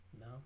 No